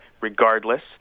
regardless